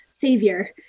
savior